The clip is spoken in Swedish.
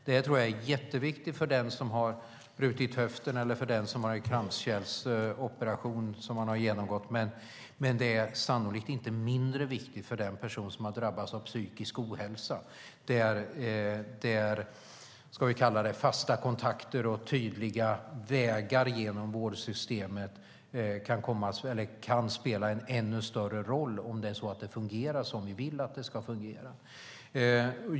Det tror jag är jätteviktigt för den som har brutit höften eller för den som har genomgått en kranskärlsoperation, men det är sannolikt inte mindre viktigt för dem som har drabbats av psykisk ohälsa. För dem kan fasta kontakter och tydliga vägar genom vårdsystemet spela en ännu större roll om det fungerar som vi vill att det ska fungera.